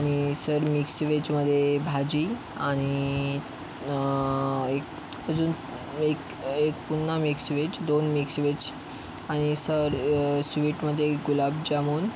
आणि sir mix वेजमध्ये भाजी आणि एक अजून एक एक पुन्हा मिक्स वेज दोन मिक्स वेज आणि सर स्वीटमध्ये एक गुलाबजामून